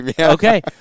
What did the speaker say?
Okay